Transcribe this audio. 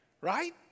right